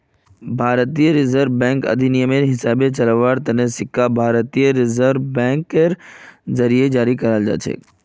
भारतीय reserve bank अधिनियमेर हिसाबे चलव्वार तने सिक्का भारतीय रिजर्व बैंकेर जरीए जारी कराल जाछेक